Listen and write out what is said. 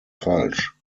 falsch